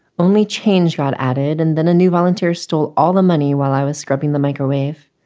only change got added and then a new volunteers stole all the money while i was scrubbing the microwave.